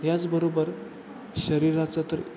याचबरोबर शरीराचं तर